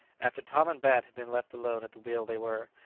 after tom and bat had been left alone at the wheel they were,